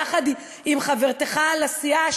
יחד עם חברתך לסיעה,